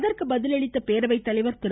அதற்கு பதிலளித்த பேரவை தலைவர் திரு